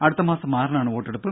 അടുത്തമാസം ആറിനാണ് വോട്ടെടുപ്പ്